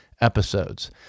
episodes